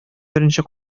беренче